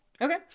okay